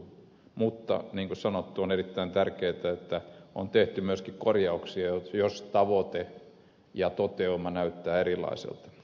mutta niin kuin sanottu on erittäin tärkeätä että on tehty myöskin korjauksia jos tavoite ja toteuma näyttävät erilaisilta